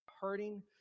hurting